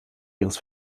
ihres